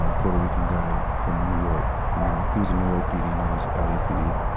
um puerto rican guy from new york. you know he was a new york pd, now he's lapd.